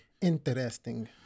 interesting